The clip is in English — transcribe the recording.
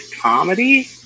comedy